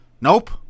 nope